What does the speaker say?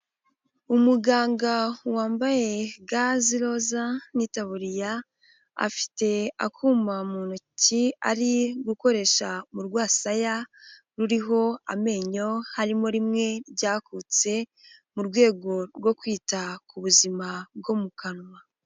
Umuganga wambaye ga z'iroza n'itaburiya, afite akuma mu ntoki ari gukoresha mu rwasaya ruriho amenyo harimo rimwe ryakutse mu rwego rwo kwita ku buzima bwo mu kanwa.